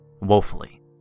woefully